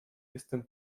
jestem